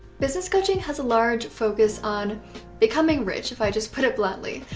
business coaching has a large focus on becoming rich, if i just put it bluntly,